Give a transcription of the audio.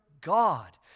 God